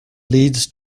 leads